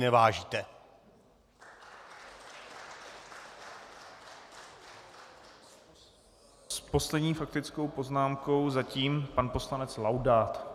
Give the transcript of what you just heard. S poslední faktickou poznámkou zatím pan poslanec Laudát.